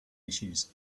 issues